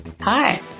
Hi